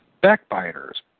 backbiters